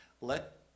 Let